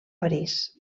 parís